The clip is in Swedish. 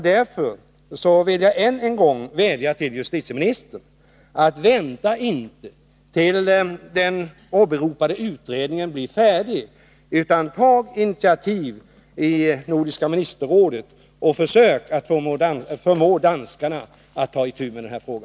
Därför vill jag än en gång vädja till justitieministern att inte vänta tills den åberopade utredningen blir färdig utan ta initiativ i Nordiska ministerrådet och försöka förmå danskarna att ta itu med denna fråga.